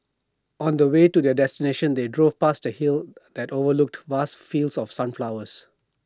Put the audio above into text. on the way to their destination they drove past A hill that overlooked vast fields of sunflowers